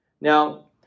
Now